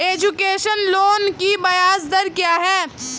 Education loan की ब्याज दर क्या है?